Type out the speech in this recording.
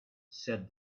said